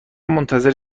منتظر